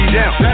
down